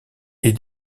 est